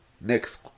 Next